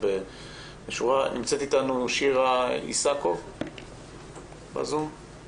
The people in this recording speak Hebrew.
נמצאת אתנו שירה איסקוב בזום.